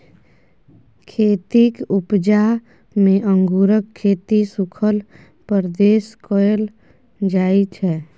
खेतीक उपजा मे अंगुरक खेती सुखल प्रदेश मे कएल जाइ छै